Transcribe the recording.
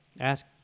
Ask